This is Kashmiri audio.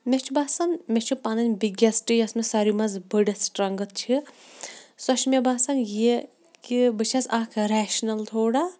مےٚ چھُ باسان مےٚ چھُ پنٕنۍ بِگٮ۪سٹ یۄس مےٚ ساروے منٛزٕ بٔڑٕ سٕٹرٛنٛگٕتھ چھِ سۄ چھِ مےٚ باسان یہِ کہِ بہٕ چھَس اَکھ ریشنَل تھوڑا